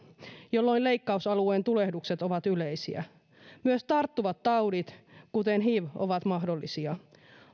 jolloin leikkausalueen tulehdukset ovat yleisiä myös tarttuvat taudit kuten hiv ovat mahdollisia